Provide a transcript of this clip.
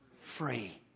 free